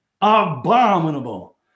abominable